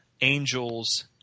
angels